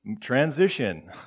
transition